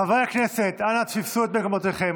חברי הכנסת, אנא תפסו את מקומותיכם.